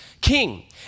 king